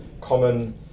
common